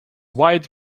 wide